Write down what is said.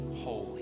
holy